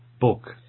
book